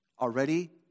already